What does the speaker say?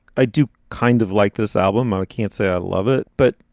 i do kind of like this album. i can't say i love it, but,